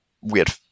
weird